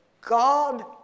God